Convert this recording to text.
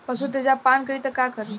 पशु तेजाब पान करी त का करी?